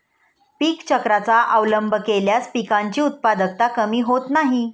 पीक चक्राचा अवलंब केल्यास पिकांची उत्पादकता कमी होत नाही